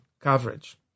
coverage